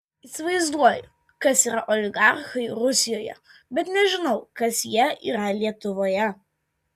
įsivaizduoju kas yra oligarchai rusijoje bet nežinau kas jie yra lietuvoje